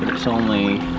it's only,